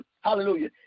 Hallelujah